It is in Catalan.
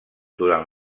durant